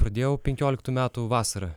pradėjau penkioliktų metų vasarą